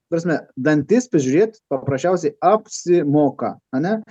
ta prasme dantis prižiūrėt paprasčiausiai apsimoka ane